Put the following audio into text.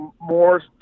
more